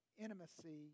intimacy